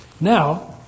Now